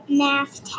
math